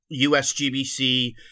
USGBC